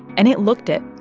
and it looked it,